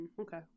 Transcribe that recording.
Okay